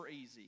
easy